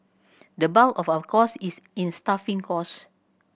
the bulk of our costs is in staffing costs